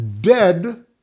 dead